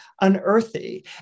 unearthly